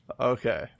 Okay